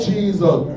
Jesus